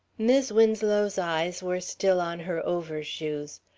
mis' winslow's eyes were still on her overshoes.